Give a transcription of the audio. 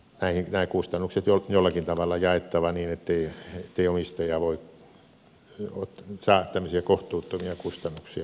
nämä kustannukset on jollakin tavalla jaettava niin ettei omistaja saa tämmöisiä kohtuuttomia kustannuksia niskaansa